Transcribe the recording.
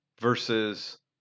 versus